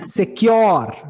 secure